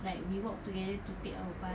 like we walked together to take our bus